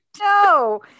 No